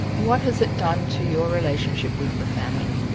what has it done to your relationship with the family?